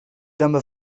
dyma